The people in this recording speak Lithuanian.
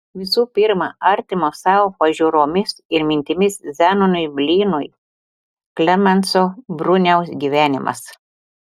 visų pirma artimo savo pažiūromis ir mintimis zenonui blynui klemenso bruniaus gyvenimas